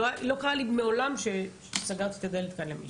לא קרה לי מעולם שסגרתי את הדלת כאן למישהו.